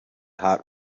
hot